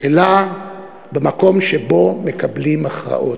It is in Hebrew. אלא במקום שבו מקבלים הכרעות.